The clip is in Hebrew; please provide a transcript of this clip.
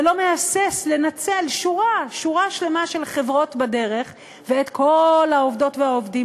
ולא מהסס לנצל שורה שלמה של חברות בדרך ואת כל העובדות והעובדים